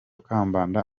kambanda